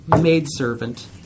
maidservant